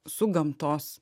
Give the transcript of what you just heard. su gamtos